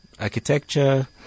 architecture